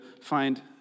find